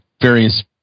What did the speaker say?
various